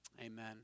Amen